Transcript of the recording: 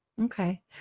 Okay